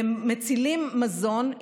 והם מצילים מזון,